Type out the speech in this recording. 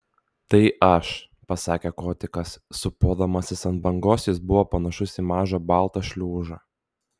tai aš pasakė kotikas sūpuodamasis ant bangos jis buvo panašus į mažą baltą šliužą